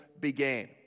began